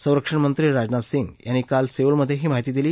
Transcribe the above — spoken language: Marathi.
संरक्षण मंत्री राजनाथ सिंग यांनी काल सेऊलमधे ही माहिती दिली